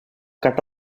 cut